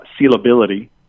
sealability